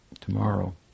tomorrow